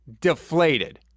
deflated